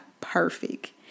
perfect